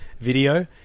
video